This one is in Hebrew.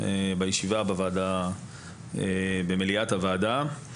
בנושא במליאת הוועדה,